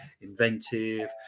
inventive